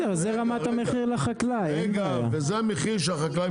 וזה המחיר שהחקלאי מקבל.